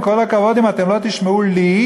עם כל הכבוד: אם אתם לא תשמעו לי,